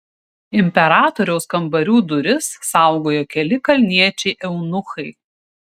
imperatoriaus kambarių duris saugojo keli kalniečiai eunuchai